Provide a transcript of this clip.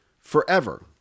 forever